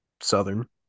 southern